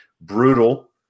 brutal